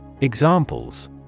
Examples